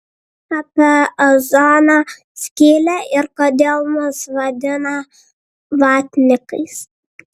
apie ozono skylę ir kodėl mus vadina vatnikais